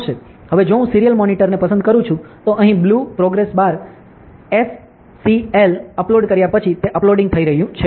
હવે જો હું સિરીયલ મોનિટરને પસંદ કરું છું તો અહીં blue progress bar SCL upload કર્યા પછી તે અપલોડિંગ થઈ ગયું છે